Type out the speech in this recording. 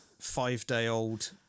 five-day-old